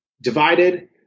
divided